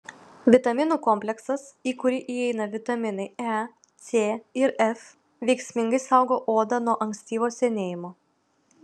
vitaminų kompleksas į kurį įeina vitaminai e c ir f veiksmingai saugo odą nuo ankstyvo senėjimo